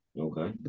Okay